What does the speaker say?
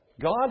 God